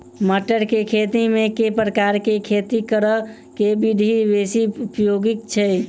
मटर केँ खेती मे केँ प्रकार केँ खेती करऽ केँ विधि बेसी उपयोगी छै?